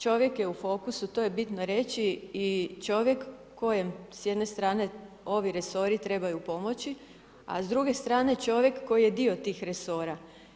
Čovjek je u fokusu, to je bitno reći i čovjek kojem s jedne strane ovi resori trebaju pomoći, a s druge strane čovjek koji ej dio tih resora.